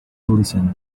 listen